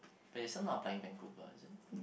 but you're still not applying Vancouver is it